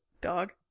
dog